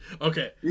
Okay